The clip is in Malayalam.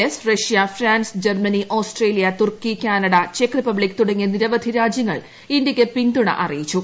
S Russia France Germany Australia Turkey Canada ചെക്ക് റിപ്പബ്ലിക്ക് തുടങ്ങിയ നിരവധി രാജ്യങ്ങൾ ഇന്ത്യയ്ക്ക് പിന്തുണ അറിയിച്ചു